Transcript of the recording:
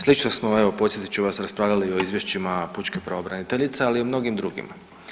Slično smo evo podsjetit ću vas raspravljali i o izvješćima pučke pravobraniteljice, ali i o mnogim drugima.